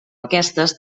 aquestes